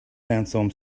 sandstorm